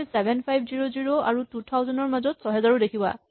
তুমি ৭৫০০ আৰু ২০০০ ৰ মাজত ৬০০০ ও দেখিবা